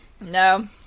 No